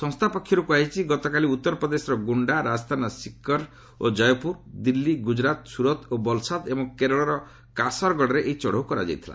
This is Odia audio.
ସଂସ୍ଥା ପକ୍ଷରୁ କୁହାଯାଇଛି ଗତକାଲି ଉତ୍ତରପ୍ରଦେଶର ଗୋଣ୍ଡା ରାଜସ୍ଥାନର ସିକର ଓ ଜୟପୁର ଦିଲ୍ଲୀ ଗୁଜରାତର ସୁରତ ଓ ବଲ୍ସାଦ୍ ଏବଂ କେରଳର କାଶରଗଡ଼ରେ ଏହି ଚଢ଼ଉ କରାଯାଇଥିଲା